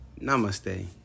Namaste